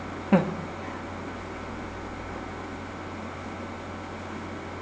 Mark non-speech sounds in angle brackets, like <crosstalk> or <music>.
<laughs>